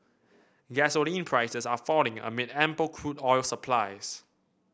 gasoline prices are falling amid ample crude oil supplies